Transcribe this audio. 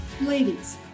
Ladies